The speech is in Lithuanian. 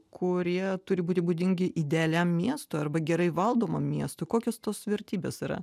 kurie turi būti būdingi idealiam miestui arba gerai valdomam miestui kokios tos vertybės yra